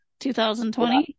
2020